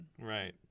Right